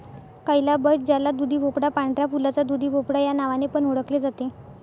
calabash ज्याला दुधीभोपळा, पांढऱ्या फुलाचा दुधीभोपळा या नावाने पण ओळखले जाते